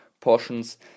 portions